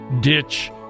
ditch